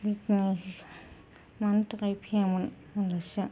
बिदिनो मानो थाखाय फैयामोन आलासिआ